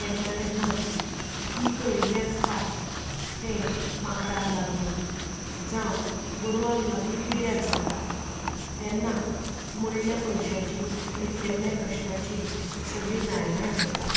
केन्ना केन्ना पीक रोयलें आसता तें माकडांक लागून जावं गोरवांक लागून पिड्ड्यार जाता तेन्ना मोडल्या पयशाची आनी केल्ल्या कश्टाची सगली नायानाट जाता